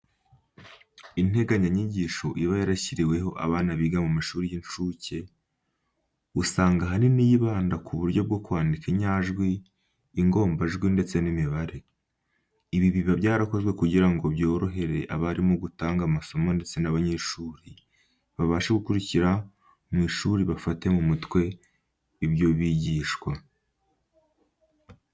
Integanyanyigisho iba yarashyiriweho abana biga mu mashuri y'incuke, usanga ahanini yibanda ko buryo bwo kwandika inyajwi, ingombajwi ndetse n'imibare. Ibi biba byarakozwe kugira ngo byorohere abarimu gutanga amasomo ndetse n'abanyeshuri babashe gukurikira mu ishuri bafate mu mutwe ibyo bigishwa.